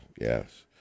yes